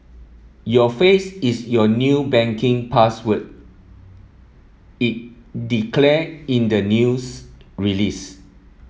your face is your new banking password it declare in the news release